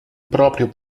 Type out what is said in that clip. proprio